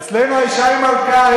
אצלנו האשה היא מלכה,